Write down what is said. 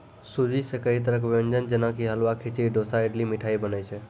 सूजी सॅ कई तरह के व्यंजन जेना कि हलवा, खिचड़ी, डोसा, इडली, मिठाई बनै छै